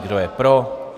Kdo je pro?